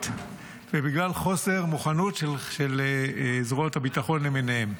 ובגלל חוסר מוכנות של זרועות הביטחון למיניהן.